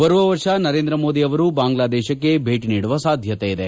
ಬರುವ ವರ್ಷ ನರೇಂದ್ರ ಮೋದಿ ಅವರು ಬಾಂಗ್ಲಾದೇಶಕ್ಕೆ ಭೇಟಿ ನೀಡುವ ಸಾಧ್ಯತೆ ಇದೆ